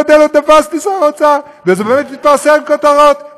שר האוצר היה חכם.